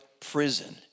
prison